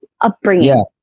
upbringing